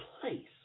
place